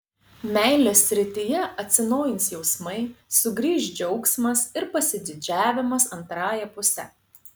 meilės srityje atsinaujins jausmai sugrįš džiaugsmas ir pasididžiavimas antrąja puse